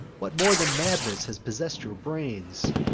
what more than madness has possess'd your brains?